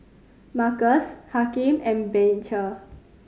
Markus Hakim and Beecher